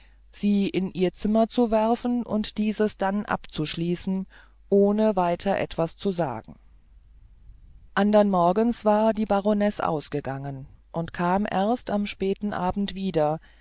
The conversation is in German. sie in ihr zimmer zu werfen und dieses dann abzuschließen ohne weiter etwas zu sagen andern morgens war die baronesse ausgegangen und kam erst am späten abend wieder